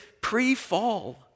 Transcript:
pre-fall